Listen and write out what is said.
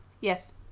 yes